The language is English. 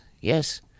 Yes